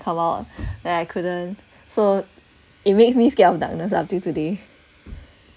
to come out then I couldn't so it makes me scared of darkness until today